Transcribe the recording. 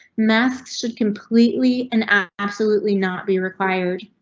math should completely and absolutely not be required.